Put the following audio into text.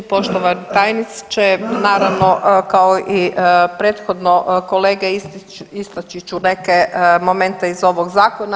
Poštovani tajniče, naravno kao i prethodno kolege istači ću neke momente iz ovog zakona.